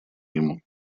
ему